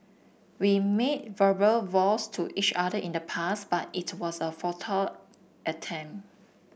we made verbal vows to each other in the past but it was a futile attempt